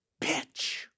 bitch